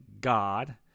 God